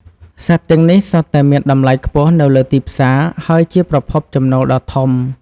សត្វទាំងនេះសុទ្ធតែមានតម្លៃខ្ពស់នៅលើទីផ្សារ ហើយជាប្រភពចំណូលដ៏ធំ។